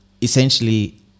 essentially